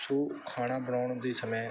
ਸੋ ਖਾਣਾ ਬਣਾਉਣ ਦੇ ਸਮੇਂ